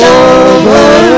over